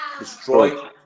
destroy